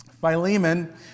Philemon